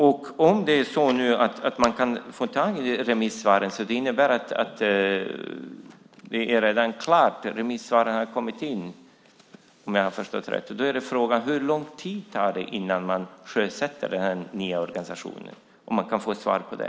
Om man redan nu kan få tag i remissvaren innebär det att det hela redan är klart, att remissvaren har kommit in, om jag förstått det hela rätt. Då är frågan: Hur lång tid tar det innan den nya organisationen sjösätts? Jag vill gärna ha svar på det.